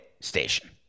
station